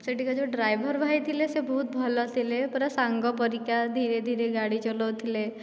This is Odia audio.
ସେଠିକା ଯେଉଁ ଡ୍ରାଇଭର ଭାଇ ଥିଲେ ସେ ବହୁତ ଭଲ ଥିଲେ ପୁରା ସାଙ୍ଗ ପରିକା ଧିରେ ଧିରେ ଗାଡ଼ି ଚଲଉଥିଲେ